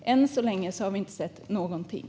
Än så länge har vi inte sett någonting.